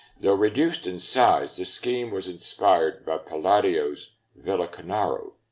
though reduced in size, this scheme was inspired by palladio's villa cornaro.